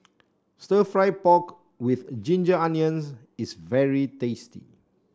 Stir Fried Pork with Ginger Onions is very tasty